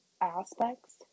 aspects